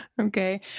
Okay